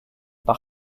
par